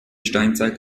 steinzeit